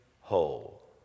whole